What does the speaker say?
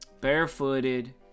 barefooted